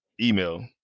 email